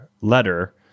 letter